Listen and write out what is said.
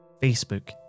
Facebook